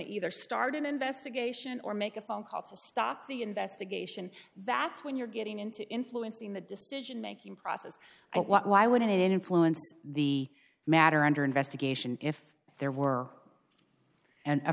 to either start an investigation or make a phone call to stop the investigation that's when you're getting into influencing the decision making process why wouldn't it influence the matter under investigation if there were and